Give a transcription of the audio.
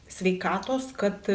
sveikatos kad